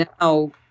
now